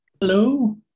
Hello